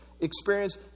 experience